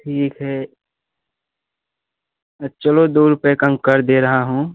ठीक है चलो दो रुपये कम कर दे रहा हूँ